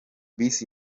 bus